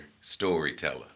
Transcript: storyteller